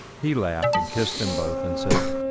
he laughed and kissed them both, and said,